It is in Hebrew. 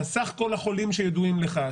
סך כל החולים שידועים לך,